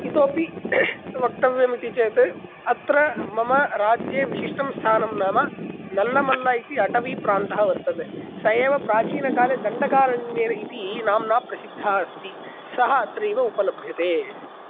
इतोपि वक्तव्यम् इति चेत् अत्र मम राज्ये विशिष्टं स्थानं नाम नल्लमल्ल इति अटवीप्रान्तः वर्तते स एव प्राचिनकाले दण्डकारण्येन इति नाम्ना प्रसिद्धः अस्ति सः अत्रैव उपलभ्यते